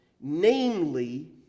namely